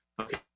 Okay